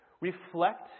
reflect